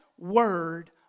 word